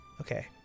Okay